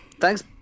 Thanks